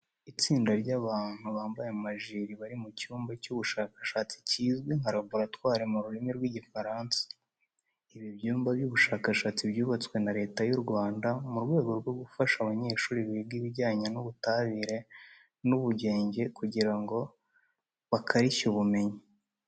Itsinda ry'abantu bambaye amajire bari mu cyumba cy'ubushakashatsi kizwi nka laboratwari mu rurimi rw'Igifaransa. Ibi byumba by'ubushakashatsi byubatswe na Leta y'u Rwanda mu rwego rwo gufasha abanyeshuri biga ibijyanye n'ubutabire n'ubugenge kugira ngo bakarishye ubumenyi.